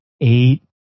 eight